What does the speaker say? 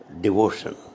devotion